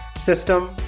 system